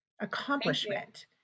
accomplishment